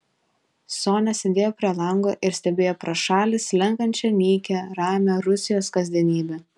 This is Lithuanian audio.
sonia sėdėjo prie lango ir stebėjo pro šalį slenkančią nykią ramią rusijos kasdienybę